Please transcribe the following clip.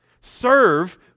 Serve